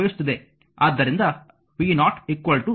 ಆದ್ದರಿಂದ v0 3i